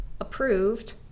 approved